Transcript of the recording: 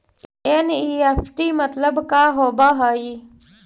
NEFT मतलब का होब हई?